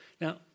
Now